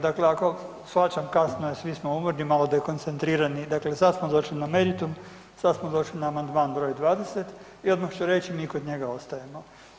Dakle, ako shvaćam, kasno je, svi smo umorni, malo dekoncentrirani, dakle sad smo došli na meritum, sad smo došli na amandman br. 20 i odmah ću reći mi kod njega ostajemo.